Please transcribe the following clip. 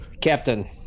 Captain